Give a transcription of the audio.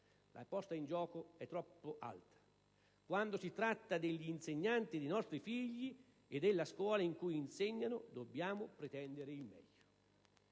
La posta in gioco è troppo alta. Quando si tratta degli insegnanti dei nostri figli e della scuola in cui insegnano dobbiamo pretendere il meglio».